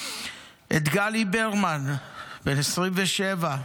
את גלי ברמן, בן 27,